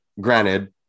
Granted